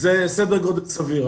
זה סדר גודל סביר.